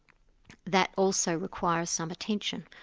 that also requires some attention.